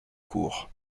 court